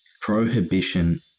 prohibition